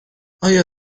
آیا